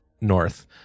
north